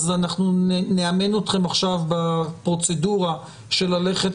אנחנו נאמן אתכם עכשיו בפרוצדורה של ללכת